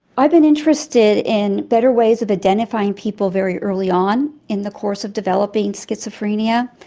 i've been interested in better ways of identifying people very early on in the course of developing schizophrenia,